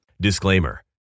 Disclaimer